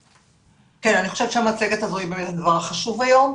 כן, אני חושבת שהמצגת הזאת היא הדבר החשוב היום.